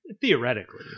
Theoretically